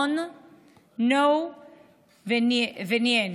Non. No. Nein.